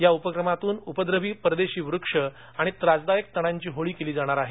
या उपक्रमातून उपद्रवी परदेशी वृक्ष आणि त्रासदायक तणांची होळी केली जाणार आहे